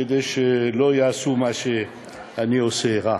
כדי שלא יעשו מה שאני עושה שהוא רע,